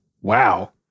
Wow